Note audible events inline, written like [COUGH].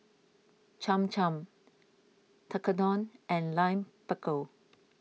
Cham Cham Tekkadon and Lime Pickle [NOISE]